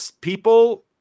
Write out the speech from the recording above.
people